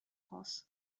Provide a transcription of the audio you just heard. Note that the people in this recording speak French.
france